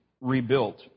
rebuilt